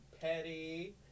Petty